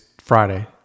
Friday